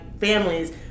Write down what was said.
families